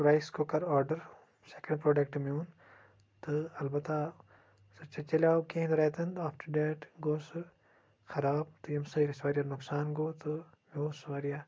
اَکھ rice cooker order second product میون تہٕ اَلبَتہ سُہ چَلیو کیٚنٛہہ ریٚتَن آفٹَر ڈیٹ گوٚو سُہ خَراب تہٕ ییٚمہِ سۭتۍ اَسہِ واریاہ نۄقصان گوٚو تہٕ یہِ اوس واریاہ